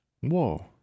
Whoa